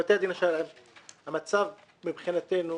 בשבילנו בתי הדין השרעיים במצב טוב מבחינתנו.